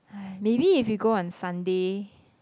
maybe if we go on Sunday